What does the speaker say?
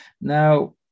Now